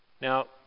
Now